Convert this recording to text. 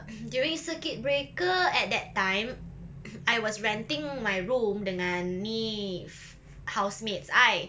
during circuit breaker at that time I was renting my room dengan ni f~ house mates I